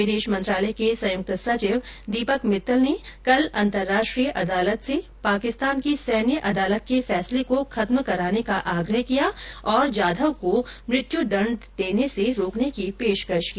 विदेश मंत्रालय के संयुक्त सचिव दीपक मित्तल ने कल अंतर्राष्ट्रीय अदालत से पाकिस्तान की सैन्य अदालत के फैसले को खत्म कराने का आग्रह किया और जाधव को मृत्यू दंड देने से रोकने की पेशकश की